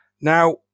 Now